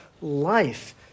life